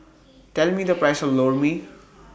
Tell Me The Price of Lor Mee